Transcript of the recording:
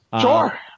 Sure